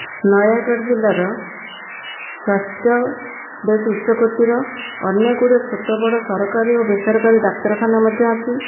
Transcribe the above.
ନୟାଗଡ଼ ଜିଲ୍ଲାର ସ୍ୱାସ୍ଥ୍ୟ ବେସ୍ ଉଚ୍ଚ କୋଟିର ଅନେକ ଗୁଡ଼ିଏ ଛୋଟ ବଡ଼ ସରକାରୀ ଓ ବେସରକାରୀ ଡାକ୍ତରଖାନା ମଧ୍ୟ ଅଛି